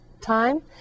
time